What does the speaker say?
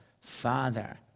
Father